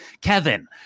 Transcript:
Kevin